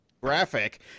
graphic